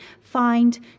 find